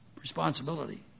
responsibility